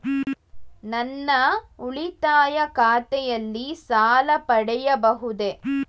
ನನ್ನ ಉಳಿತಾಯ ಖಾತೆಯಲ್ಲಿ ಸಾಲ ಪಡೆಯಬಹುದೇ?